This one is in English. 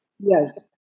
Yes